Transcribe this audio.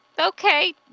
okay